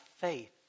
faith